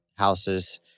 houses